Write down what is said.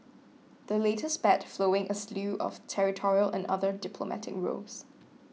the latest spat flowing a slew of territorial and other diplomatic rows